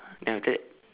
then after that